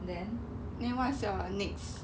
then then what's your next